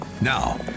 Now